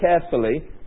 carefully